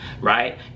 right